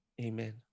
Amen